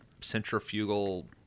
centrifugal